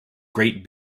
great